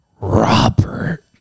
Robert